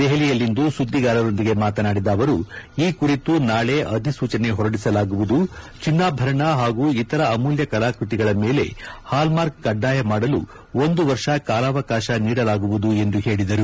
ದೆಹಲಿಯಲ್ಲಿಂದು ಸುದ್ದಿಗಾರರೊಂದಿಗೆ ಮಾತನಾಡಿದ ಅವರು ಈ ಕುರಿತು ನಾಳೆ ಅಧಿಸೂಚನೆ ಹೊರಡಿಸಲಾಗುವುದು ಚಿನ್ನಾಭರಣ ಹಾಗೂ ಇತರ ಅಮೂಲ್ಲ ಕಲಾಕೃತಿಗಳ ಮೇಲೆ ಹಾಲ್ಮಾರ್ಕ್ ಕಡ್ಡಾಯ ಮಾಡಲು ಒಂದು ವರ್ಷ ಕಾಲಾವಕಾಶ ನೀಡಲಾಗುವುದು ಎಂದು ಹೇಳದರು